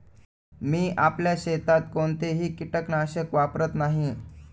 मी आपल्या शेतात कोणतेही कीटकनाशक वापरत नाही